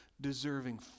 deserving